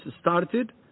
started